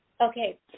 Okay